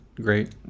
Great